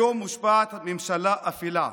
היום מושבעת ממשלה אפלה,